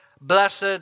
blessed